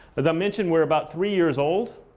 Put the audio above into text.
as i mentioned, we're about three years old.